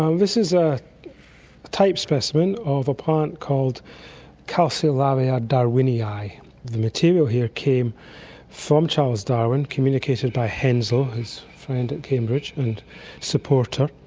um this is a type specimen of a plant called calceolaria darwinii. the material here came from charles darwin, communicated by hensel, his friend at cambridge and supporter.